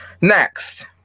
next